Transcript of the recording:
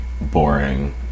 boring